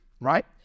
right